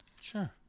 sure